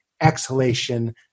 exhalation